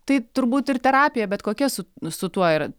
tai turbūt ir terapija bet kokia su su tuo ir